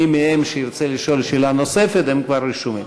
מי מהם שירצה לשאול שאלה נוספת, הם כבר רשומים.